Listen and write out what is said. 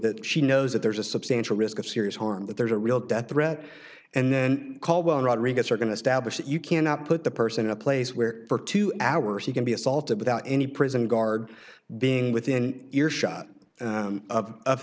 that she knows that there's a substantial risk of serious harm that there's a real death threat and then call rodriguez are going to stablish that you cannot put the person in a place where for two hours you can be assaulted without any prison guard being within earshot